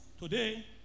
Today